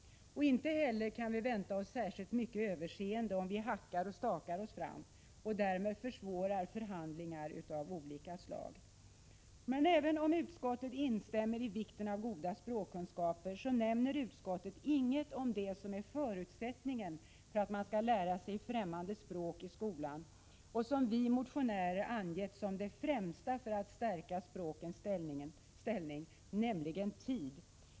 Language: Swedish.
Inte heller kan vi förvänta oss särskilt mycket överseende om vi hackar och stakar oss fram och därmed försvårar förhandlingar av olika slag. Men även om utskottet instämmer i vikten av goda språkkunskaper nämner utskottet inget om det som är förutsättningen för att man skall kunna lära sig främmande språk i skolan och som vi motionärer angett som det främsta för att stärka språkens ställning, nämligen tid.